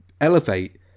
elevate